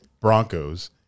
Broncos